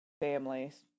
families